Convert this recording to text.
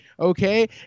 Okay